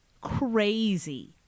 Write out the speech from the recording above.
crazy